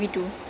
oh